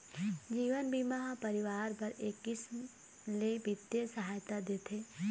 जीवन बीमा ह परिवार बर एक किसम ले बित्तीय सहायता देथे